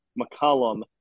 McCollum